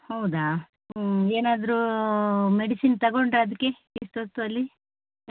ಹೌದಾ ಹ್ಞೂ ಏನಾದರೂ ಮೆಡಿಸಿನ್ ತಗೊಂಡು ಅದಕ್ಕೆ ಇಷ್ಟೊತ್ತು ಅಲ್ಲಿ